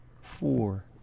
Four